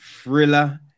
thriller